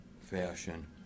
fashion